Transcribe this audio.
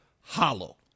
hollow